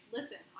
Listen